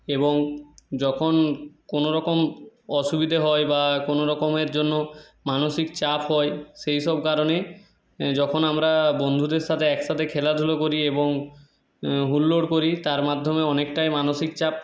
এবং যখন কোনোরকম অসুবিধে হয় বা কোনো রকমের জন্য মানসিক চাপ হয় সেই সব কারণে যখন আমরা বন্ধুদের সাথে একসাথে খেলাধুলো করি এবং হুল্লোড় করি তার মাধ্যমে অনেকটাই মানসিক চাপ